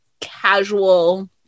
casual